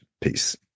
Peace